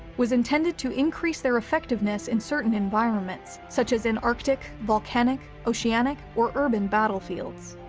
was intended to increase their effectiveness in certain environments, such as in arctic, volcanic, oceanic, or urban battlefields.